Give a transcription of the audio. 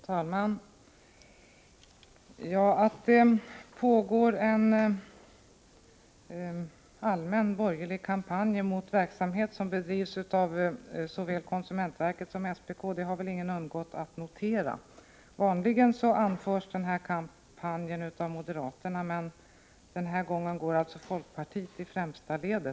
Fru talman! Att det pågår en allmän borgerlig kampanj mot verksamhet som bedrivs av såväl konsumentverket som SPK har väl ingen undgått att notera. Vanligen anförs den här kampanjen av moderaterna, men denna gång går också folkpartiet i främsta ledet.